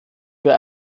für